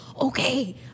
okay